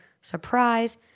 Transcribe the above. surprise